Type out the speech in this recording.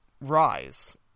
rise